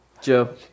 Joe